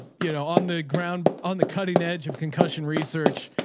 you know, on the ground, on the cutting edge of concussion research,